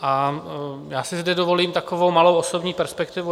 A já si zde dovolím takovou malou osobní perspektivu.